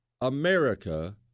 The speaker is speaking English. America